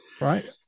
Right